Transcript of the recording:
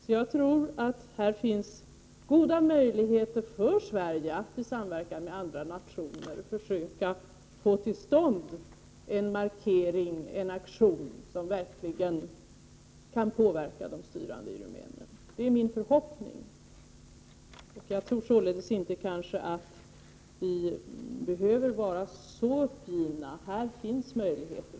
Därför tror jag att det finns goda möjligheter för Sverige att i samverkan med andra nationer få till stånd en markering, en aktion, som verkligen kan påverka de styrande i Rumänien. Det är min förhoppning, och jag tror inte att vi behöver vara så uppgivna. Som jag ser det finns det möjligheter.